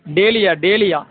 dahlia dahlia